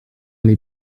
les